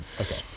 Okay